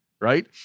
right